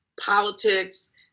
politics